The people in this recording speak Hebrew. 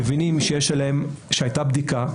מבינים שהייתה בדיקה,